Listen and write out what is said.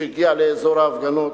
שהגיע לאזור ההפגנות,